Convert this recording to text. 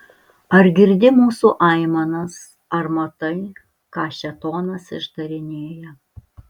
ar girdi mūsų aimanas ar matai ką šėtonas išdarinėja